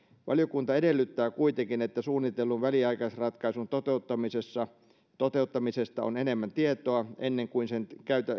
valiokunta edellyttää kuitenkin että suunnitellun väliaikaisratkaisun toteuttamisesta toteuttamisesta on enemmän tietoa ennen kuin sen